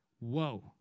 Whoa